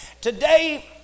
today